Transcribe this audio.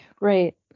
Right